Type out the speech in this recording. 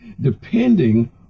Depending